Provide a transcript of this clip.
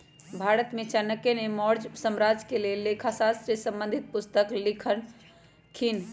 भारत में चाणक्य ने मौर्ज साम्राज्य के लेल लेखा शास्त्र से संबंधित पुस्तक लिखलखिन्ह